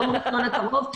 יום ראשון הקרוב,